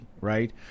Right